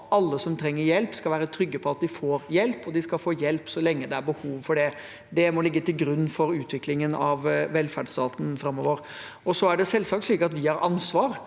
Alle som trenger hjelp, skal være trygge på at de får hjelp, og de skal få hjelp så lenge det er behov for det. Det må ligge til grunn for utviklingen av velferdsstaten framover. Så er det selvsagt slik at vi har ansvar.